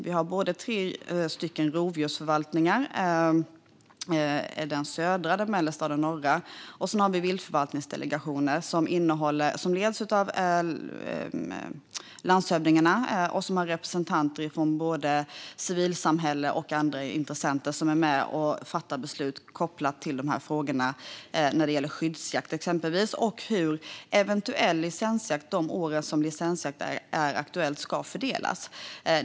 Vi har tre rovdjursförvaltningar, den södra, den mellersta och den norra. Sedan har vi viltförvaltningsdelegationer som leds av landshövdingarna och som har representanter från civilsamhälle och andra intressenter som är med och fattar beslut kopplat till frågorna om till exempel skyddsjakt och hur eventuell licensjakt de år som licensjakt är aktuell ska fördelas.